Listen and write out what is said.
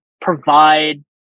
Provide